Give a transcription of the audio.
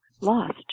lost